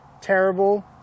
terrible